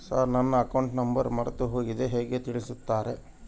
Sir ನನ್ನ account number ಮರೆತುಹೋಗಿದೆ ಹೇಗೆ ತಿಳಿಸುತ್ತಾರೆ?